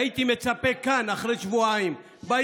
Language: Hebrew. הייתי מצפה כאן, אחרי שבועיים, שנים אמרנו את זה.